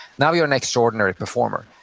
now you're an extraordinary performer.